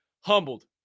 humbled